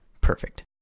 perfect